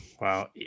Wow